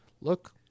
look